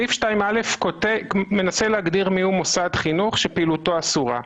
סעיף 2(א) מנסה להגדיר מהו מוסד חינוך שפעילותו אסורה.